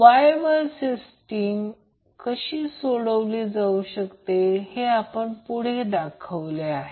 Y Y system कशी सोडवली जाऊ शकते हे आपण पुढे दाखवले आहे